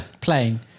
playing